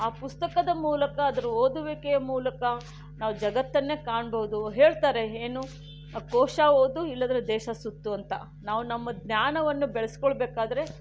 ಆ ಪುಸ್ತಕದ ಮೂಲಕಾದರೂ ಓದುವಿಕೆಯ ಮೂಲಕ ನಾವು ಜಗತ್ತನ್ನೇ ಕಾಣಬಹುದು ಹೇಳ್ತಾರೆ ಏನು ಕೋಶ ಓದು ಇಲ್ಲಾದರೆ ದೇಶ ಸುತ್ತು ಅಂತ ನಾವು ನಮ್ಮ ಜ್ಞಾನವನ್ನು ಬೆಳೆಸ್ಕೊಳ್ಬೇಕಾದರೆ